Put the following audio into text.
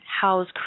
house